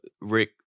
Rick